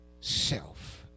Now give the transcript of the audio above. self